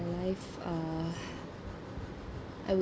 life uh I would